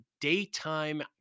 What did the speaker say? daytime